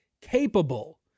capable